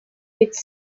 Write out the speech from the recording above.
which